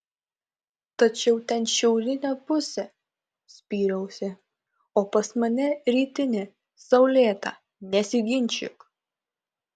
tačiau ten šiaurinė pusė spyriausi o pas mane rytinė saulėta nesiginčyk